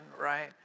right